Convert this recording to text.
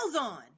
on